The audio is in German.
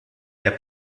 der